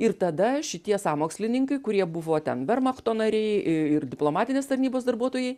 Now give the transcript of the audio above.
ir tada šitie sąmokslininkai kurie buvo ten vermachto nariai i ir diplomatinės tarnybos darbuotojai